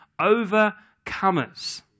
overcomers